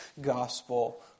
gospel